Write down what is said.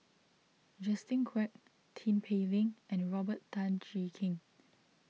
Justin Quek Tin Pei Ling and Robert Tan Jee Keng